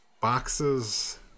boxes